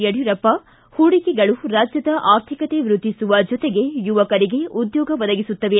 ಯಡಿಯೂರಪ್ಪ ಹೂಡಿಕೆಗಳು ರಾಜ್ಯದ ಆರ್ಥಿಕತೆ ವ್ಯದ್ಲಿಸುವ ಜೊತೆಗೆ ಯುವಕರಿಗೆ ಉದ್ಯೋಗ ಒದಗಿಸುತ್ತವೆ